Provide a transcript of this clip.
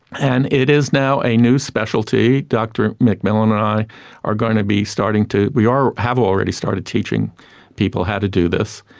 and it is now a new specialty. dr mcmillen and i are going to be starting to, we have already started teaching people how to do this.